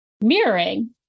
mirroring